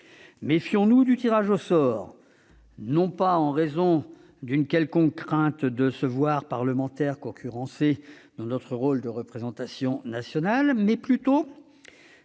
Méfions-nous du tirage au sort, non pas en raison d'une quelconque crainte de nous voir concurrencés dans notre rôle de représentation nationale, mais parce